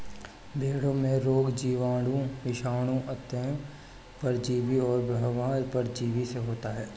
भेंड़ों में रोग जीवाणु, विषाणु, अन्तः परजीवी और बाह्य परजीवी से होता है